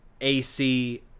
ac